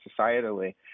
societally